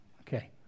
Okay